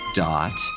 dot